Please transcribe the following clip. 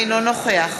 אינו נוכח